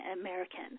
American